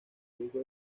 riesgo